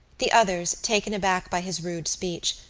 the others, taken aback by his rude speech,